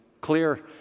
clear